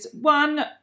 One